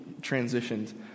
transitioned